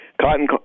Cotton